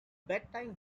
bedtime